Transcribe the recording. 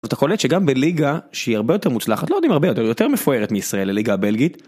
אתה קולט שגם בליגה שהיא הרבה יותר מוצלחת, לא יודע אם הרבה, אבל יותר מפוארת מישראל, הליגה הבלגית.